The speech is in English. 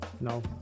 no